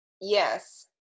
yes